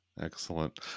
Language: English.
Excellent